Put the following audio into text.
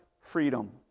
freedom